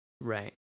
Right